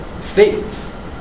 states